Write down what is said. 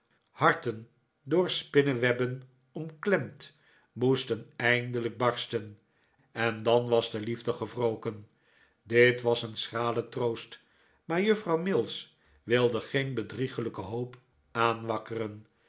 harten door spinnewebben omklemd moesten eindelijk barsten en dan was de liefde gewroken dit was een schrale troost maar juffrouw mills wilde geen bedriegelijke hoop aanwakkeren